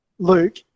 Luke